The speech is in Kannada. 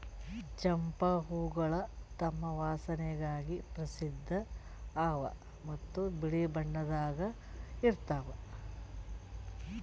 ಚಂಪಾ ಹೂವುಗೊಳ್ ತಮ್ ವಾಸನೆಗಾಗಿ ಪ್ರಸಿದ್ಧ ಅವಾ ಮತ್ತ ಬಿಳಿ ಬಣ್ಣದಾಗ್ ಇರ್ತಾವ್